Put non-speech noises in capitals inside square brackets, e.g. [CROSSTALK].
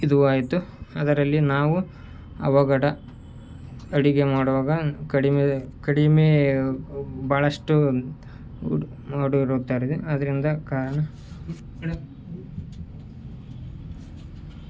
ಇದು ಆಯಿತು ಅದರಲ್ಲಿ ನಾವು ಅವಘಡ ಅಡುಗೆ ಮಾಡುವಾಗ ಕಡಿಮೆ ಕಡಿಮೆ ಭಾಳಷ್ಟು ಮಾಡಿ ಮಾಡಿರುತ್ತಾರಿದೆ ಆದ್ದರಿಂದ ಕಾರಣ [UNINTELLIGIBLE]